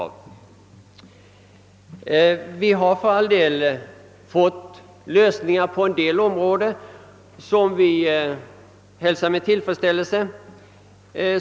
På en del områden har för all del lösningar åstadkommits, vilket vi hälsar med tillfredsställelse.